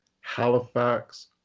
Halifax